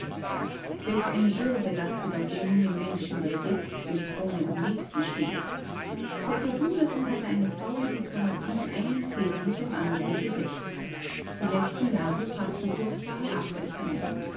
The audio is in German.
welch eine bürde lastet auf dem jungen menschen der jetzt dem throne am nächsten steht seit jahrhunderten hat eine faule diplomatie einen fehler mit dem anderen gedeckt die letzten jahre brachten furchtbare abrechnungen